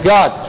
God